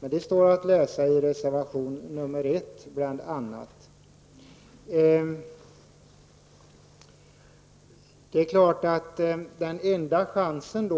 Men om detta står det att läsa bland annat i reservation 1. Den enda chansen